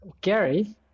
Gary